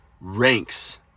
ranks